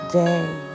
day